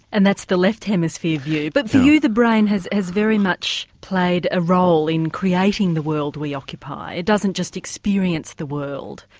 and that's the left hemisphere view. but for you the brain has has very much played a role in creating the world we occupy. it doesn't just experience the world,